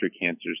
cancers